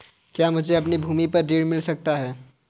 क्या मुझे अपनी भूमि पर ऋण मिल सकता है?